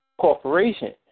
corporation